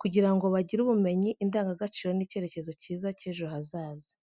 kugira ngo bagire ubumenyi, indangagaciro n’icyerekezo cyiza cy’ejo hazaza.